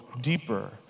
deeper